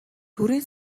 төрийн